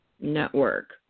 network